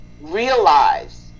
realize